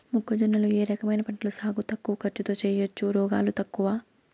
మొక్కజొన్న లో ఏ రకమైన పంటల సాగు తక్కువ ఖర్చుతో చేయచ్చు, రోగాలు తక్కువ?